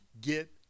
get